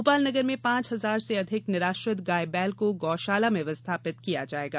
भोपाल नगर में पाँच हजार से अधिक निराश्रित गाय बैल को गौ शाला में विस्थापित किया जायेगा